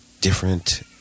different